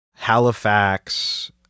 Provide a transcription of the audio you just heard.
Halifax